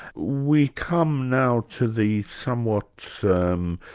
we come now to the somewhat so um